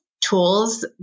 tools